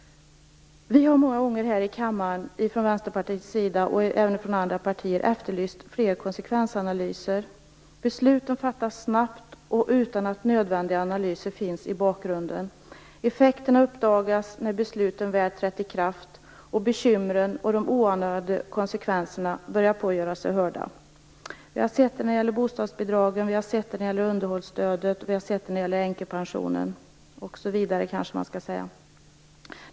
Vi från Vänsterpartiet, liksom andra parter, har här i kammaren många gånger efterlyst fler konsekvensanalyser. Besluten fattas snabbt, utan att nödvändiga analyser finns i bakgrunden. Effekterna uppdagas när besluten väl trätt i kraft och bekymren och de oanade konsekvenserna börjar bli märkbara. Vi har sett det när det gäller bostadsbidrag, underhållsstöd, änkepension - osv. kanske man skall säga.